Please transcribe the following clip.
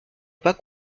pas